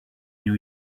new